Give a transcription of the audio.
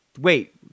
wait